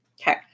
okay